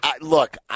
Look